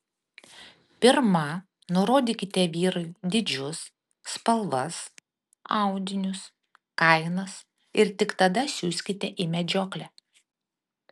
pirma nurodykite vyrui dydžius spalvas audinius kainas ir tik tada siųskite į medžioklę